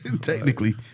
Technically